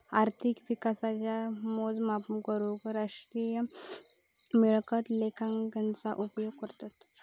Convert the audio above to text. अर्थिक विकासाचा मोजमाप करूक राष्ट्रीय मिळकत लेखांकनाचा उपयोग करतत